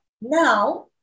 now